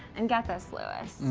and get this louis,